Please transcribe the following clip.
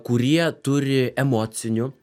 kurie turi emocinių